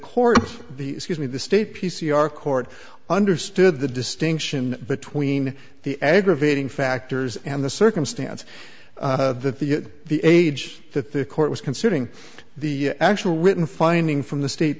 court the excuse me the state p c r court understood the distinction between the aggravating factors and the circumstance that the the age that the court was considering the actual written finding from the state